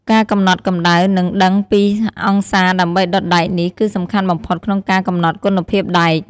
ការកំណត់កម្ដៅ និងដឹងពីអង្សារដើម្បីដុតដែកនេះ គឺសំខាន់បំផុតក្នុងការកំណត់គុណភាពដែក។